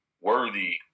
worthy